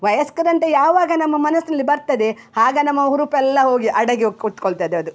ವಯಸ್ಕರಂತೆ ಯಾವಾಗ ನಮ್ಮ ಮನಸ್ಸಿನಲ್ಲಿ ಬರ್ತದೆ ಆಗ ನಮ್ಮ ಹುರುಪೆಲ್ಲ ಹೋಗಿ ಅಡಗಿಹೋಗಿ ಕುತ್ಕೊಳ್ತದೆ ಅದು